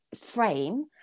frame